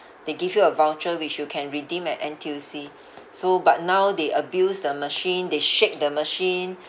they give you a voucher which you can redeem at N_T_U_C so but now they abuse the machine they shake the machine